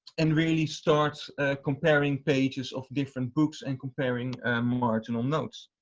and really start comparing pages of different books and comparing marginal notes.